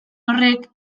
horrek